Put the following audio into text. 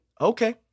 Okay